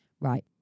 Right